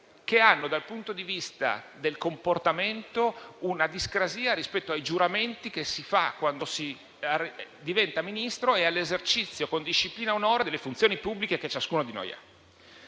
presentano, dal punto di vista del comportamento, una discrasia rispetto al giuramento che si fa quando si diventa Ministro e all'esercizio con disciplina e onore delle funzioni pubbliche che ciascuno di noi ha.